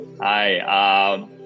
Hi